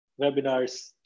webinars